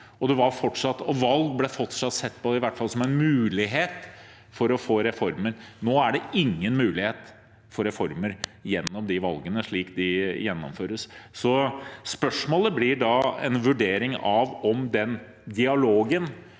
og valg ble fortsatt sett på i hvert fall som en mulighet for å få reformer. Nå er det ingen mulighet for reformer gjennom de valgene slik de gjennomføres. Spørsmålet blir en vurdering av om den dialogen